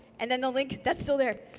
and then the lipg that's still there.